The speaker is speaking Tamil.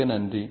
மிக்க நன்றி